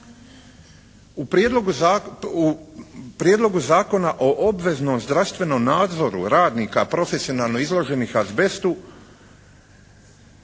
U Prijedlogu zakona o obveznom zdravstvenom nadzoru radnika profesionalno izloženih azbestu